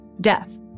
death